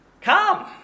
come